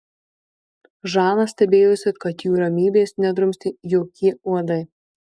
žana stebėjosi kad jų ramybės nedrumstė jokie uodai